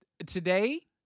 Today